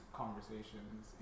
conversations